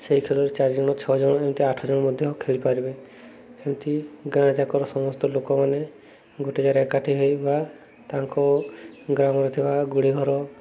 ସେଇ ଖେଳରେ ଚାରିଜଣ ଛଅ ଜଣ ଏମିତି ଆଠ ଜଣ ମଧ୍ୟ ଖେଳି ପାରିବେ ଏମିତି ଗାଁଯାକର ସମସ୍ତ ଲୋକମାନେ ଗୋଟେ ଜାଗାରେ ଏକାଠି ହେଇ ବା ତାଙ୍କ ଗ୍ରାମରେ ଥିବା ଗୁଡ଼ିଘର